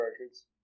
records